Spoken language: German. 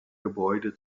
gebäude